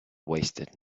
wasted